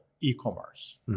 e-commerce